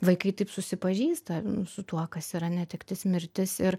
vaikai taip susipažįsta su tuo kas yra netektis mirtis ir